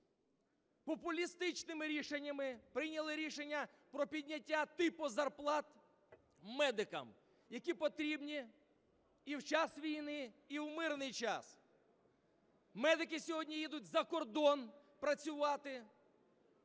Популістичними рішеннями прийняли рішення про підняття типу зарплат медикам, які потрібні і в час війни, і в мирний час. Медики сьогодні їдуть за кордон працювати,